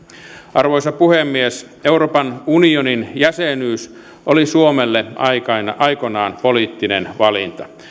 arvoisa puhemies euroopan unionin jäsenyys oli suomelle aikoinaan poliittinen valinta